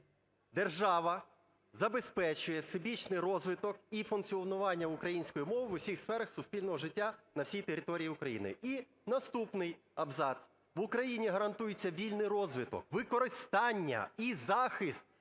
"Держава забезпечує всебічний розвиток і функціонування української мови в усіх сферах суспільного життя на всій території України". І наступний абзац: "В Україні гарантується вільний розвиток, використання і захист